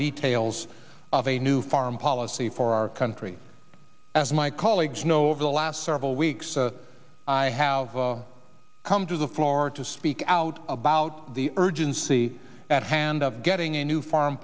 details of a new foreign policy for our country as my colleagues know over the last several weeks i haue come to the floor to speak out about the urgency at hand of getting a new foreign